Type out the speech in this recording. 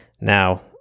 Now